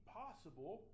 possible